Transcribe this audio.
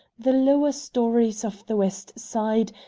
the lower stories of the west side,